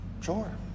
Sure